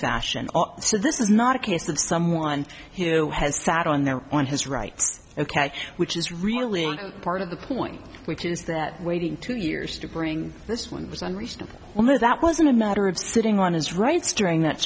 fashion so this is not a case of someone who has sat on their own his rights ok which is really part of the point which is that waiting two years to bring this one was unreasonable although that wasn't a matter of sitting on his rights during that